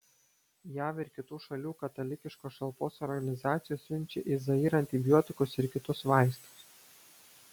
jav ir kitų šalių katalikiškos šalpos organizacijos siunčia į zairą antibiotikus ir kitus vaistus